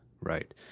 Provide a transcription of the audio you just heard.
right